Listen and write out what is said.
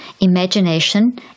imagination